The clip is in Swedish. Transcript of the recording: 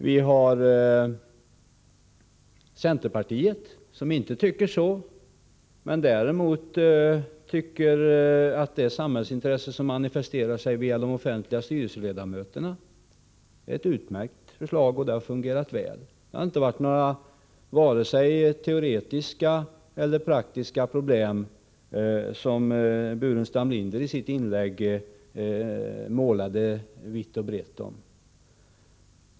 Vi har centerpartiet som inte tycker så, men som däremot tycker att det samhällsintresse som manifesterar sig i att vi har de offentliga styrelseledamöterna är utmärkt och har fungerat väl. Det har inte varit vare sig teoretiska eller praktiska problem av de slag Burenstam Linder i sitt inlägg målade ut.